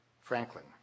Franklin